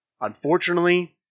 Unfortunately